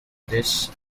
this